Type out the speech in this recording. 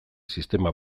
sistema